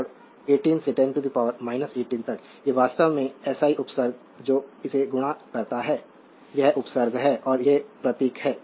तो 1018 से 10 18 तक ये वास्तव में हैं एसआई उपसर्ग जो इसे गुणा करता है यह उपसर्ग है और ये प्रतीक हैं